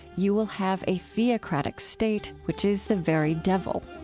you will have a theocratic state which is the very devil.